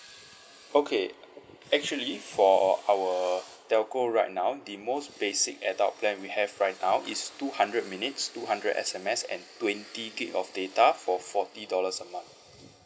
okay actually for our telco right now the most basic adult plan we have right now is two hundred minutes two hundred S_M_S and twenty gig of data for forty dollars a month